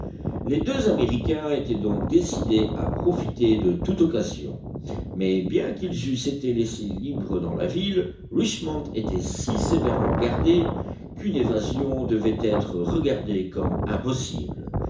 les deux américains étaient donc décidés à profiter de toute occasion mais bien qu'ils eussent été laissés libres dans la ville richmond était si sévèrement gardée qu'une évasion devait être regardée comme impossible